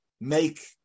Make